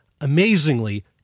amazingly